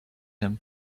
him